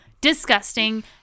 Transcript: Disgusting